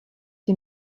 die